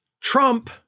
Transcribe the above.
Trump